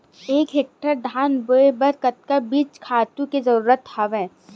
एक एकड़ धान बोय बर कतका बीज खातु के जरूरत हवय?